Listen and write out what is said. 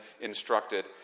instructed